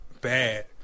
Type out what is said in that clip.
bad